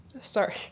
sorry